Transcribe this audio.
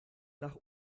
nach